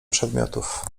przedmiotów